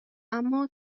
اما